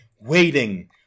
Waiting